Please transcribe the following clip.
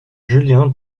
julien